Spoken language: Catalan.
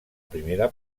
primera